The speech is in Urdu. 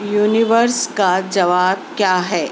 یونیورس کا جواب کیا ہے